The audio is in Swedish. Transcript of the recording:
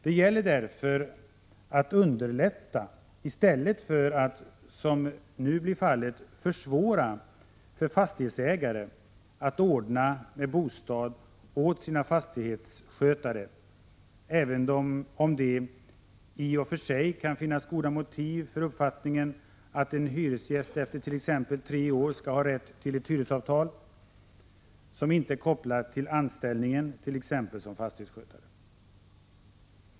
Det gäller därför att underlätta i stället för att, som nu blir fallet, försvåra för fastighetsägare att ordna med bostad åt sina fastighetsskötare, även om det i och för sig kan finnas goda motiv för uppfattningen att en hyresgäst efter låt oss säga tre år skall ha rätt till ett hyresavtal som inte är kopplat till anställningen, t.ex. som fastighetsskötare.